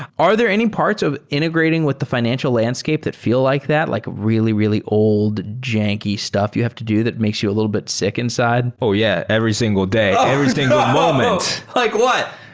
are there any parts of integrating with the fi nancial landscape that feel like that like really, really old janky stuff you have to do that makes you a little bit sick inside? oh, yeah. every single day. every single moment. like what?